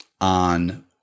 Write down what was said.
on